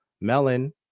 Melon